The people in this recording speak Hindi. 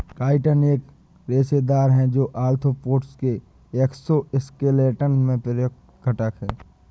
काइटिन एक रेशेदार है, जो आर्थ्रोपोड्स के एक्सोस्केलेटन में प्रमुख घटक है